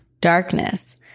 darkness